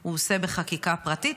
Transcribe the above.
הוא עושה בחקיקה פרטית.